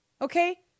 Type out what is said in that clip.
Okay